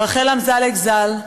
רחל אמזלג ז"ל,